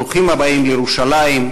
ברוכים הבאים לירושלים,